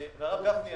הרב גפני,